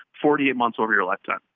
forty-eight months over your lifetime.